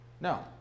No